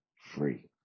free